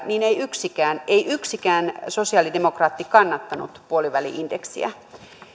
niin ei yksikään ei yksikään sosiaalidemokraatti kannattanut puoliväli indeksiä